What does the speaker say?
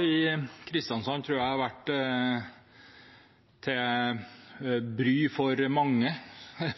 i Kristiansand tror jeg har vært til bry for mange,